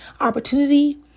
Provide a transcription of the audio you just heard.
opportunity